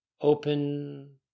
open